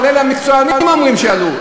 אבל אלו המקצוענים שאומרים שהם עלו,